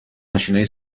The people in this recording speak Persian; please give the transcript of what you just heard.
ماشینهای